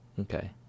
Okay